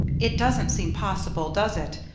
it doesn't seem possible, does it,